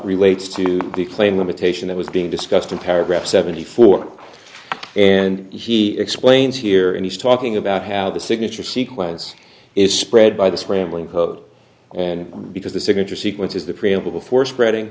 relates to the claim limitation that was being discussed in paragraph seventy four and he explains here and he's talking about how the signature sequence is spread by the scrambling code and because the signature sequence is the preamble for spreading